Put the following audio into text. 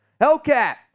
Hellcat